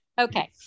Okay